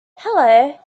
hello